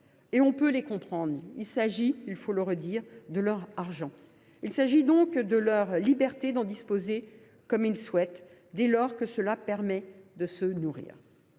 etc. On peut les comprendre : il s’agit – il faut le redire – de leur argent ; il faut donc leur laisser la liberté d’en disposer comme ils le souhaitent, dès lors que cela permet de se nourrir.